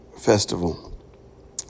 festival